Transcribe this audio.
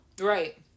Right